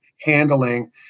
handling